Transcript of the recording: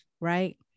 right